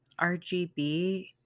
rgb